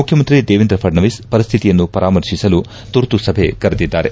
ಮುಖ್ಯಮಂತ್ರಿ ದೇವೇಂದ್ರ ಫಡ್ನವೀಸ್ ಪರಿಸ್ಥಿತಿಯನ್ನು ಪರಾಮರ್ತಿಸಲು ತುರ್ತು ಸಭೆ ಕರೆದಿದ್ದಾರೆ